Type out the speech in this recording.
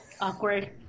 awkward